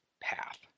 path